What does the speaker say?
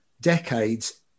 decades